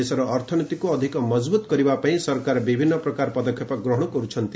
ଦେଶର ଅର୍ଥନୀତିକୁ ଅଧିକ ମଜବୁତ କରିବା ପାଇଁ ସରକାର ବିଭିନ୍ନ ପ୍ରକାର ପଦକ୍ଷେପ ଗ୍ରହଣ କରୁଛନ୍ତି